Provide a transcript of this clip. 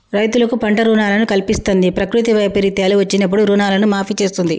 రైతులకు పంట రుణాలను కల్పిస్తంది, ప్రకృతి వైపరీత్యాలు వచ్చినప్పుడు రుణాలను మాఫీ చేస్తుంది